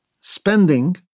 spending